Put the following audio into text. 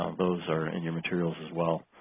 um those are in your materials as well